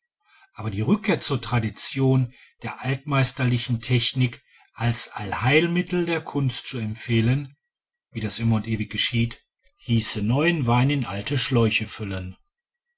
aber die rückkehr zur tradition der altmeisterlichen technik als allheilmittel der kunst zu empfehlen wie das immer und ewig geschieht hieße neuen wein in alte schläuche füllen